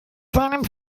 seinem